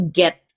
get